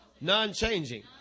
non-changing